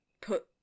put